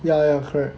ya ya correct